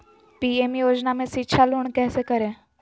PM योजना में शिक्षा लोन कैसे करें?